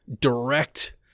direct